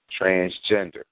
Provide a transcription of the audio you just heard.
transgender